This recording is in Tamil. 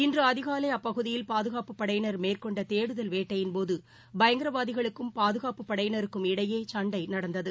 இன்றுஅதிகாலைஅப்பகுதியில் பாதுகாப்புப் படையினர் மேற்கொண்டதேடுதல் வேட்டையின்போதுபயங்கரவாதிகளுக்கும் பாதுகாப்புப் படையினருக்கும் இடையேசண்டைநடந்தது